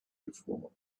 before